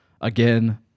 Again